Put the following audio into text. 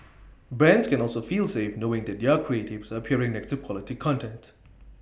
brands can also feel safe knowing that their creatives are appearing next to quality content